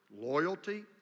loyalty